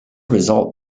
result